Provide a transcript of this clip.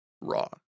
Raw